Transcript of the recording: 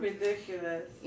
Ridiculous